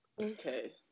Okay